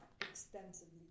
extensively